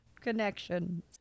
connections